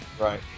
right